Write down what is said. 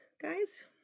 guys